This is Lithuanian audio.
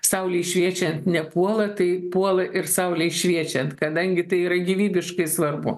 saulei šviečian nepuola tai puola ir saulei šviečiant kadangi tai yra gyvybiškai svarbu